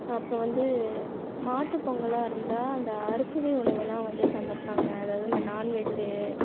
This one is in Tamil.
அப்புறம் வந்து மாட்டுப்பொங்கலாம் இருந்தால் அந்த அறுசுவை உணவெலாம் வந்து சமைப்பாங்கள் அதாவது அந்த நான்வெஜ்ஜி